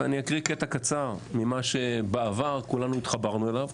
ואני אקריא קטע קצר ממה שבעבר כולנו התחברנו אליו,